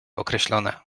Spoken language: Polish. określone